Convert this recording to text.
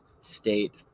State